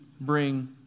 bring